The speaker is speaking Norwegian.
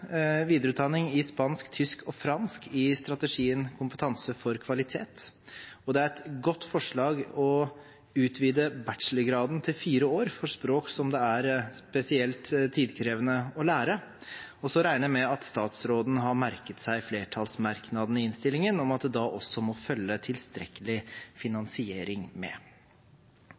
videreutdanning i spansk, tysk og fransk i strategien Kompetanse for kvalitet, og det er et godt forslag å utvide bachelorgraden til fire år for språk som det er spesielt tidkrevende å lære. Så regner jeg med at statsråden har merket seg flertallsmerknaden i innstillingen om at det da også må følge tilstrekkelig finansiering med.